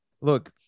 Look